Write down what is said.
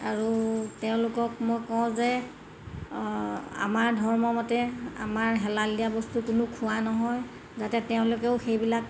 আৰু তেওঁলোকক মই কওঁ যে আমাৰ ধৰ্মমতে আমাৰ হেলাল দিয়া বস্তু কোনো খোৱা নহয় যাতে তেওঁলোকেও সেইবিলাক